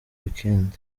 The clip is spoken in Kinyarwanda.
weekend